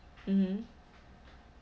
mmhmm